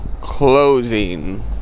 closing